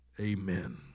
Amen